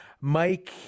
Mike